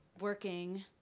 working